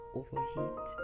overheat